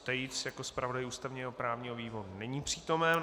Tejc jako zpravodaj ústavněprávního výboru není přítomen.